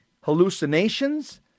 hallucinations